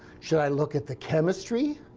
should i look at the chemistry?